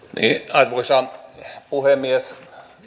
arvoisa puhemies